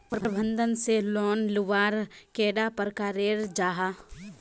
प्रबंधन से लोन लुबार कैडा प्रकारेर जाहा?